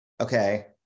okay